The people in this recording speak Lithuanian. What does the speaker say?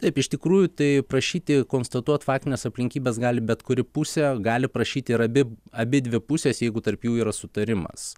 taip iš tikrųjų tai prašyti konstatuot faktines aplinkybes gali bet kuri pusė gali prašyti ir abi abidvi pusės jeigu tarp jų yra sutarimas